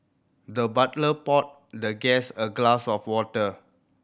the butler poured the guest a glass of water